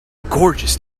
gorgeous